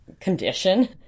condition